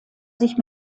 sich